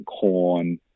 corn